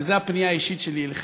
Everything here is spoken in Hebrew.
וזו הפנייה האישית שלי אליכם,